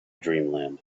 dreamland